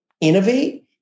innovate